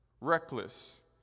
reckless